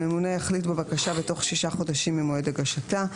הממונה יחליט בבקשה בתוך שישה חודשים ממועד הגשתה.